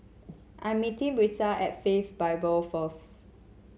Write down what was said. I'm meeting Brisa at Faith Bible first